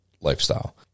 lifestyle